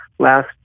last